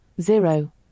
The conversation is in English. zero